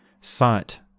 sight